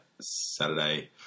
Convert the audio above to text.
Saturday